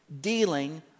dealing